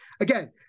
again